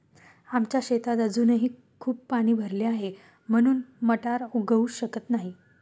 आमच्या शेतात अजूनही खूप पाणी भरले आहे, म्हणून मटार उगवू शकत नाही